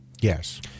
Yes